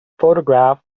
photograph